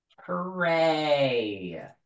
Hooray